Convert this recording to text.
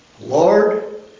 Lord